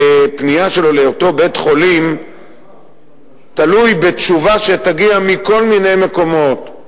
בפנייה שלו לאותו בית-חולים תלוי בתשובה שתגיע מכל מיני מקומות.